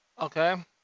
Okay